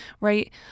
right